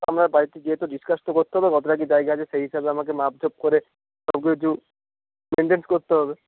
আপনার বাড়িতে গিয়ে তো ডিসকাস তো করতে হবে কতটা কি জায়গা আছে সেই হিসাবে আমাকে মাপ জোপ করে সবকিছু মেনটেন্যান্স করতে হবে